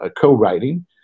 co-writing